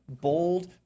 bold